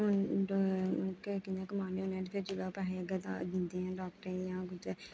केह् कि'यां कमाने होन्ने ते जिसलै ओह् पैहे अग्गै ईलाज दिंदे ऐ डाक्टरें गी जां कुतै